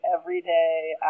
everyday